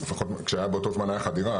לפחות כשהיה באותו זמן חדירה,